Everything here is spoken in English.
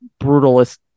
brutalist